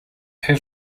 have